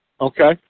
okay